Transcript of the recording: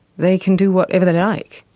they can do whatever they like.